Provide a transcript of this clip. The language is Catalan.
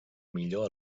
millor